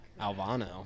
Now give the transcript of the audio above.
Alvano